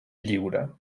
lliure